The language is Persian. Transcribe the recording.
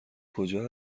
کجا